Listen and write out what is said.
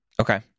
Okay